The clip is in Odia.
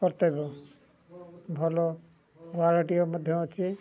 କର୍ତ୍ତବ୍ୟ ଭଲ ୱାରେଣ୍ଟି ମଧ୍ୟ ଅଛି